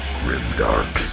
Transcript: grimdark